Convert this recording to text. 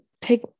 take